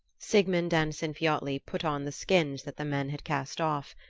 sigmund and sinfiotli put on the skins that the men had cast off,